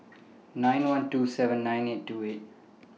nine one two seven nine eight two eight